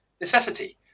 necessity